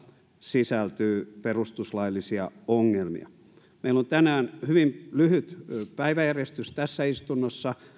sisältyy perustuslaillisia ongelmia meillä on tänään hyvin lyhyt päiväjärjestys tässä istunnossa